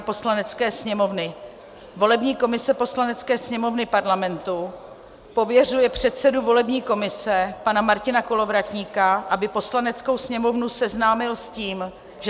Poslanecké sněmovny volební komise Poslanecké sněmovny Parlamentu pověřuje předsedu volební komise pana Martina Kolovratníka, aby Poslaneckou sněmovnu seznámil s tím, že